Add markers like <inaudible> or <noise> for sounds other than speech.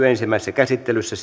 <unintelligible> ensimmäisessä käsittelyssä <unintelligible>